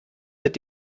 mit